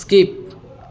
skip